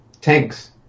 tanks